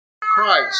christ